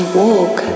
walk